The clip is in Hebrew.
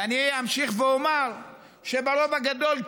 ואני אמשיך ואומר שברוב הגדול,